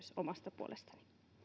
omasta puolestani